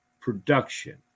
production